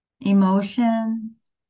emotions